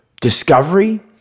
discovery